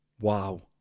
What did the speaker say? Wow